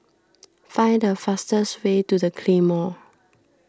find the fastest way to the Claymore